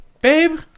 babe